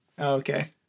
Okay